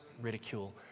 ridicule